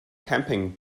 camping